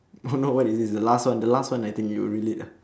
oh no what is this the last one the last one I think you will relate ah